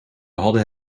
hadden